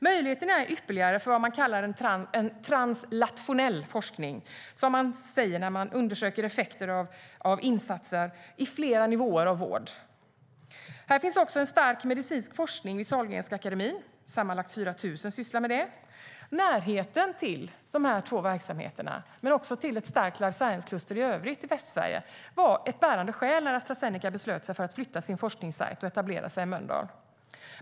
Möjligheterna är ypperliga för en translationell forskning, som man säger när man undersöker effekter av insatser i flera nivåer av vård. Här finns också en stark medicinsk forskning vid Sahlgrenska akademin. Sammanlagt 4 000 sysslar med detta. Närheten till de här två verksamheterna men också till ett starkt life science-kluster i övrigt i Västsverige var ett bärande skäl när Astra Zeneca bestämde sig för att flytta sin forskningssajt och etablera sig i Mölndal.